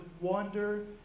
wonder